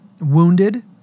wounded